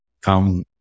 come